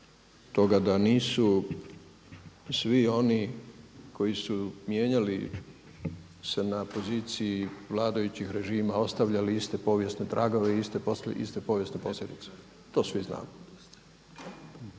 da nisu svi oni koji su mijenjali se na poziciji vladajućih režima ostavljali iste povijesne tragove i iste povijesne posljedice, to svi znamo.